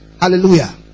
Hallelujah